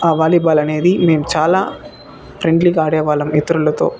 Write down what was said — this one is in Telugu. వాలీబాల్ అనేది మేముచాలా ఫ్రెండ్లీగా ఆడేవాళ్ళం ఇతరులతో